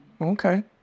Okay